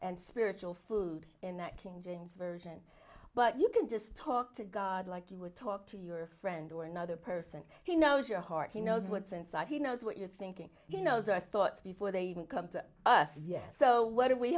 and spiritual food in that king james version but you can just talk to god like he would talk to your friend or another person he knows your heart he knows what's inside he knows what you're thinking you know as i thought before they even come to us yes so what are we